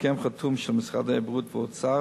בהסכם חתום של משרדי הבריאות והאוצר